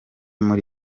muri